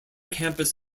campus